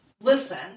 listen